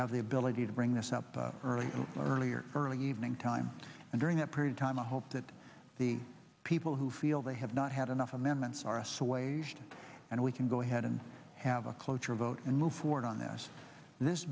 have the ability to bring this up early early or early evening time and during that period time i hope that the people who feel they have not had enough amendments are us away and we can go ahead and have a cloture vote and move forward on this this